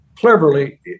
cleverly